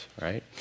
right